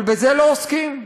אבל בזה לא עוסקים,